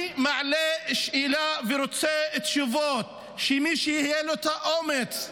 אני מעלה שאלה ורוצה תשובות ממי שיהיה לו את האומץ: